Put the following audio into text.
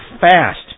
fast